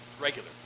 regular